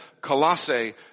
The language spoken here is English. Colossae